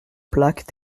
plaques